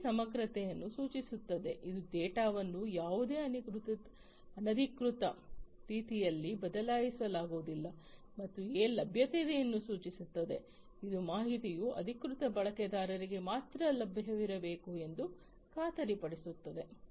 I ಸಮಗ್ರತೆಯನ್ನು ಸೂಚಿಸುತ್ತದೆ ಇದು ಡೇಟಾವನ್ನು ಯಾವುದೇ ಅನಧಿಕೃತ ರೀತಿಯಲ್ಲಿ ಬದಲಾಯಿಸಲಾಗುವುದಿಲ್ಲ ಮತ್ತು ಎ ಲಭ್ಯತೆಯನ್ನು ಸೂಚಿಸುತ್ತದೆ ಇದು ಮಾಹಿತಿಯು ಅಧಿಕೃತ ಬಳಕೆದಾರರಿಗೆ ಮಾತ್ರ ಲಭ್ಯವಿರಬೇಕು ಎಂದು ಖಾತರಿಪಡಿಸುತ್ತದೆ